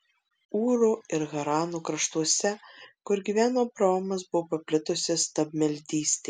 ūro ir harano kraštuose kur gyveno abraomas buvo paplitusi stabmeldystė